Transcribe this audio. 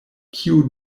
kiu